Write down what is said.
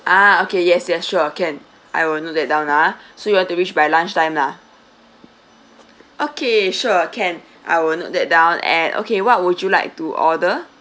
ah okay yes yes sure can I will note that down ha so you want to reach by lunch time lah okay sure can I will note that down and okay what would you like to order